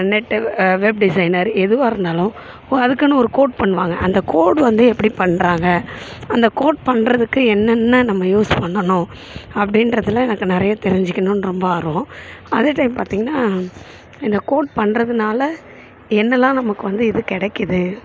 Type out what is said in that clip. net web designer எதுவாக இருந்தாலும் இப்போ அதுக்குன்னு ஒரு கோட் பண்ணுவாங்க அந்த கோட் வந்து எப்படி பண்ணுறாங்க அந்த கோட் பண்ணுறதுக்கு என்னென்ன நம்ம யூஸ் பண்ணணும் அப்படின்றதுல எனக்கு நிறையா தெரிஞ்சுக்கணுன்னு ரொம்ப ஆர்வம் அதே டைம் பாத்தீங்கன்னா இந்த கோட் பண்ணுறதுனால என்னெல்லாம் நமக்கு வந்து இது கிடைக்கிது